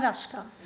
asghar